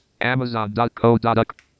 Amazon.co.uk